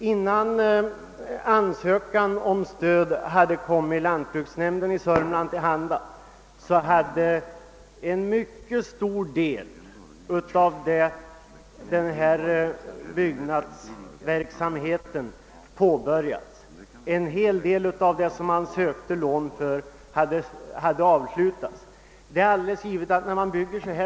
Innan ansökan om stöd hade kommit lantbruksnämnden i Södermanlands län till handa, hade en mycket stor del av byggnadsverksamheten påbörjats. Arbetet med en hel del av den byggnation för vilken man sökte lån var redan av Åtgärder för att åstadkomma bärkraftiga och effektiva familjejordbruk slutat.